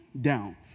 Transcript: down